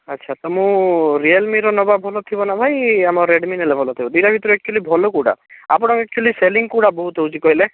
ଆଚ୍ଛା ତ ମୁଁ ରିଅଲମିର ନେବା ଭଲ ଥିବନା ଭାଇ ଆମ ରେଡ଼ମି ନେଲେ ଭଲଥିବ ଦୁଇଟା ଭିତରେ ଆକ୍ଚ୍ୟୁଆଲି ଭଲ କେଉଁଟା ଆପଣ ଆକ୍ଚ୍ୟୁଆଲି ସେଲିଂ କେଉଁଟା ବହୁତ ହେଉଛି କହିଲେ